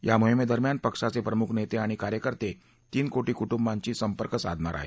या मोहिमस्त्रिम्यान पक्षाचे प्रमुख नेते आणि कार्यकर्ते तीन कोटी कुटुंबांशी संपर्क साधणार आहेत